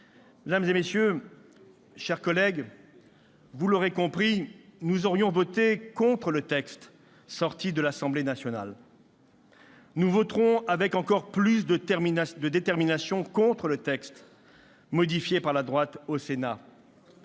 France. Mes chers collègues, vous l'avez compris, nous aurions voté contre le texte sorti de l'Assemblée nationale. Nous voterons, avec encore plus de détermination, contre le texte modifié par la droite du Sénat.